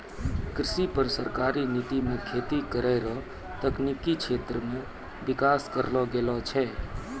कृषि पर सरकारी नीति मे खेती करै रो तकनिकी क्षेत्र मे विकास करलो गेलो छै